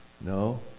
No